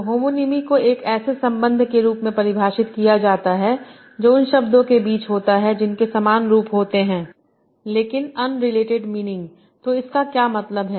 तो होमोनिमी को एक ऐसे संबंध के रूप में परिभाषित किया जाता है जो उन शब्दों के बीच होता है जिनके समान रूप होते हैं लेकिन अनरिलेटेड मीनिंग तो इसका क्या मतलब है